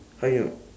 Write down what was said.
how you know